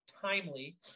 timely